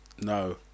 No